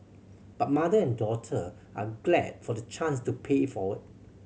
but mother and daughter are glad for the chance to pay it forward